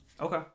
Okay